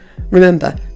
Remember